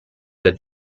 the